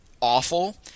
awful